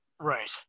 Right